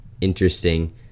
interesting